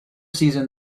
season